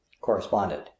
correspondent